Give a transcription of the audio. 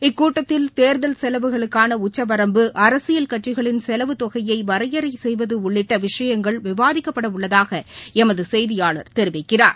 இக்கூட்டத்தில் தேர்தல் செலவுகளுக்கான உச்சவரம்பு அரசியல் கட்சிகளின் செலவு தொகையை வரையறை செய்வது உள்ளிட்ட விஷயங்கள் விவாதிக்கப்பட உள்ளதாக எமது செய்தியாளர் தெரிவிக்கிறார்